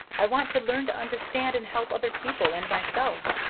i want to learn to understand and help other people and myself.